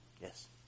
Yes